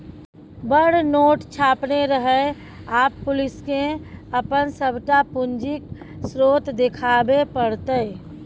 बड़ नोट छापने रहय आब पुलिसकेँ अपन सभटा पूंजीक स्रोत देखाबे पड़तै